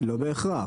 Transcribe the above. לא בהכרח.